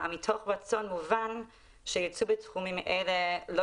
מתוך רצון מובן שייצוא בתחומים האלה לא